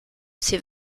ces